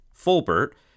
Fulbert